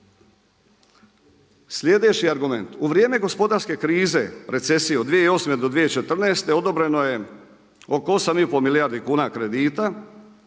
Sljedeći argument, u vrijeme gospodarske krize, recesije od 2008. do 2014. odobreno je oko 8,5 milijardi kuna kredita,